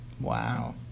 Wow